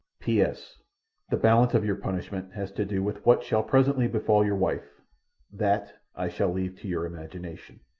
p s the balance of your punishment has to do with what shall presently befall your wife that i shall leave to your imagination.